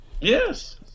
Yes